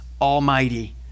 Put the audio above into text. almighty